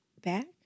back